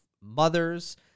mothers